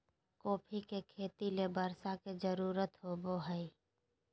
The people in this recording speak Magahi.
कॉफ़ी के खेती ले बर्षा के जरुरत होबो हइ